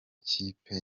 ikipe